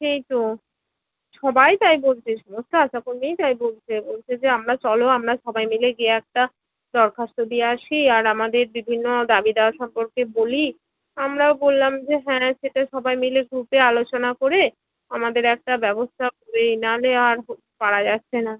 সেই তো সবাই তাই বলছে সমস্ত আশাকর্মীই তাই বলছে বলছে যে আমরা চলো আমরা সবাই মিলে গিয়ে একটা দরখাস্ত দিয়ে আসি আর আমাদের বিভিন্ন দাবি দাওয়া সম্পর্কে বলি আমরাও বললাম যে হ্যাঁ সেটা সবাই মিলে গ্ৰুপে আলোচনা করে আমাদের একটা ব্যবস্থা করি নাহলে আর পারা যাচ্ছে না